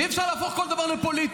אי-אפשר להפוך כל דבר לפוליטי.